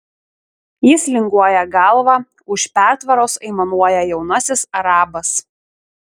jis linguoja galva už pertvaros aimanuoja jaunasis arabas